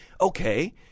okay